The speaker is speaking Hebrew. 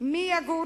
מי יגור